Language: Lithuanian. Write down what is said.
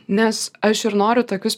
nes aš ir noriu tokius